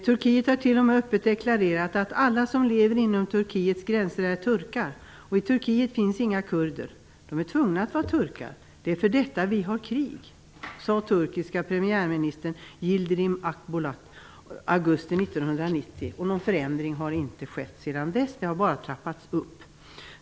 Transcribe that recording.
Turkiet har t.o.m. öppet deklarerat att alla som lever inom Turkiets gränser är turkar och i Turkiet finns inga kurder. De är tvungna att vara turkar. Det är därför vi har krig, sade den turkiske premiärministern Yildirim Akbulut i augusti 1990. Någon förändring har inte skett sedan dess, utan det hela har bara trappats upp.